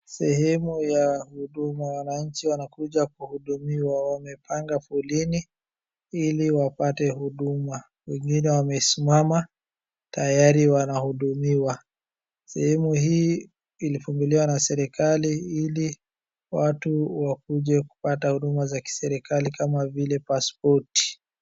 Sehemu ya huduma , wananchi wanakuja kuhudumiwa wamepanga foleni ili wapate huduma. Wengine wamesimama tayari wanahudumiwa. Sehemu hii ilifunguliwa na serikali ili watu wakuje kupata huduma za kiserikali kama vile pasipoti.